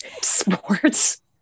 Sports